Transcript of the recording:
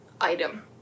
item